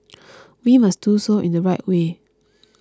we must do so in the right way